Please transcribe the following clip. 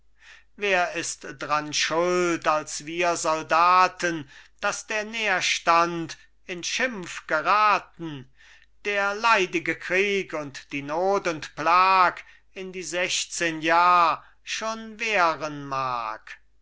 wer ist dran schuld als wir soldaten daß der nährstand in schimpf geraten der leidige krieg und die not und plag in die sechzehn jahr schon währen mag